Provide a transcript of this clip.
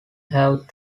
have